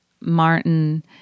Martin